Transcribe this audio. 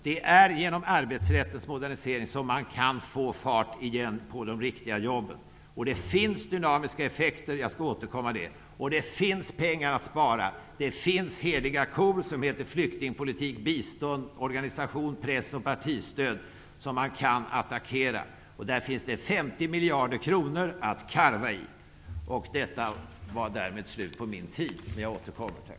Det är genom en modernisering av arbetsrätten som man kan få fart igen på de riktiga jobben. Det finns dynamiska effekter. Jag återkommer senare till den saken. Det finns också pengar att spara. Det finns heliga kor -- flyktingpolitik, bistånd och organisations-, press och partistöd -- som man kan attackera. Där finns det 50 miljarder kronor att karva i. Därmed är det slut på min taletid, men jag återkommer.